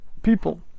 People